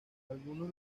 algunos